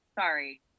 sorry